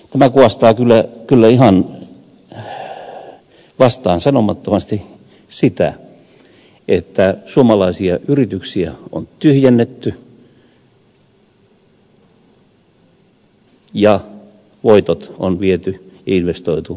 tämä kuvastaa kyllä ihan vastaansanomattomasti sitä että suomalaisia yrityksiä on tyhjennetty ja voitot on viety investoitu ulkomaille